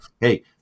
hey